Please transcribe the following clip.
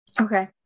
Okay